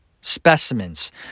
specimens